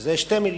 אלה שתי מלים,